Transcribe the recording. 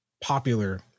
popular